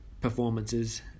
performances